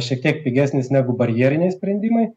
šiek tiek pigesnis negu barjeriniai sprendimai